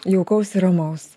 jaukaus ir ramaus